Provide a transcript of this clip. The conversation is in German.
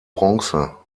bronze